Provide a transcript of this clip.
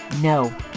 No